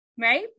right